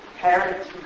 parents